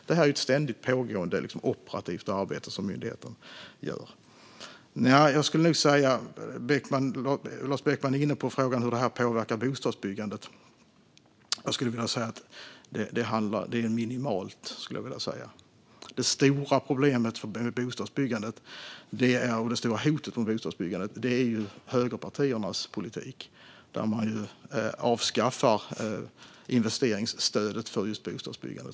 Detta är ett ständigt pågående operativt arbete som myndigheten gör. Lars Beckman är inne på frågan om hur detta påverkar bostadsbyggandet. Jag skulle vilja säga att det är minimalt. Det stora problemet och hotet när det gäller bostadsbyggandet är högerpartiernas politik, där man avskaffar investeringsstödet för just bostadsbyggande.